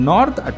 North